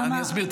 לא, אני אסביר.